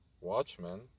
Watchmen